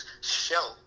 show